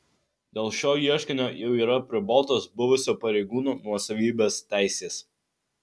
dėl šio ieškinio jau yra apribotos buvusio pareigūno nuosavybės teisės